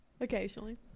Occasionally